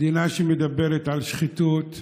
מדינה שמדברת על שחיתות,